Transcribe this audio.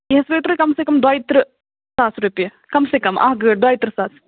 یہِ حظ پیٚیَو تۄہہِ کَم سے کَم دوٚیہِ تٔرہ ساس رۄپیہِ کَم سے کَم اکھ گٲڈۍ دوٚیہِ تٔرہ ساس